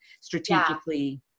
strategically